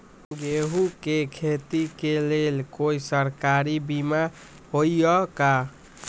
गेंहू के खेती के लेल कोइ सरकारी बीमा होईअ का?